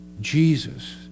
Jesus